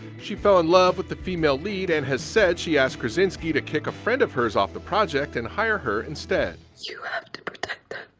she fell in love with the female lead and has said she asked krasinski to kick a friend of hers off the project and hire her instead. you have to protect